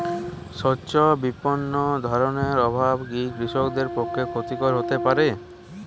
স্বচ্ছ বিপণন ধারণার অভাব কি কৃষকদের পক্ষে ক্ষতিকর হতে পারে?